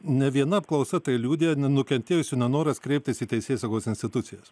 ne viena apklausa tai liudija nukentėjusių nenoras kreiptis į teisėsaugos institucijas